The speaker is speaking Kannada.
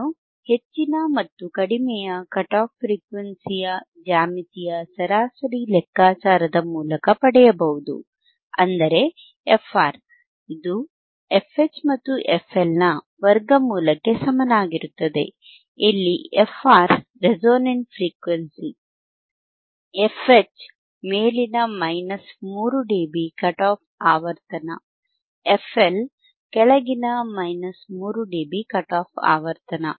ಇದನ್ನು ಹೆಚ್ಚಿನ ಮತ್ತು ಕಡಿಮೆಯ ಕಟ್ ಆಫ್ ಫ್ರೀಕ್ವೆನ್ಸಿ ಯ ಜ್ಯಾಮಿತೀಯ ಸರಾಸರಿ ಲೆಕ್ಕಾಚಾರದ ಮೂಲಕ ಪಡೆಯಬಹುದು ಅಂದರೆ fR ಇದು fH ಮತ್ತು fL ನ ವರ್ಗಮೂಲಕ್ಕೆ ಗೆ ಸಮನಾಗಿರುತ್ತದೆ ಇಲ್ಲಿ fR ರೆಸೊನೆಂಟ್ ಫ್ರೀಕ್ವೆನ್ಸಿ fH ಮೇಲಿನ 3 ಡಿಬಿ ಕಟ್ ಆಫ್ ಆವರ್ತನ fL ಕೆಳಗಿನ 3 ಡಿಬಿ ಕಟ್ ಆಫ್ ಆವರ್ತನ